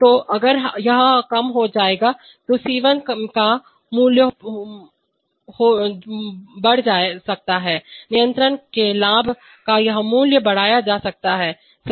तो अगर यह कम हो गया है तो C1 का मूल्य जो बढ़ाया जा सकता है नियंत्रक के लाभ का यह मूल्य बढ़ाया जा सकता है सही